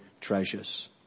treasures